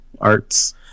arts